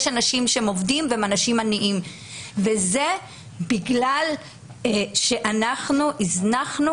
יש אנשים עובדים שהם אנשים עניים וזה בגלל שאנחנו הזנחנו